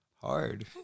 hard